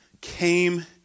came